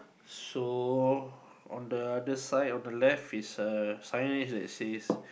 so on the other side on the left is a signage that it says